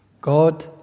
God